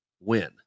win